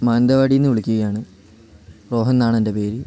മാനന്തവാടിയിൽ നിന്ന് വിളിക്കുകയാണ് റോഹൻ എന്നാണെൻ്റെ പേര്